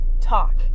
talk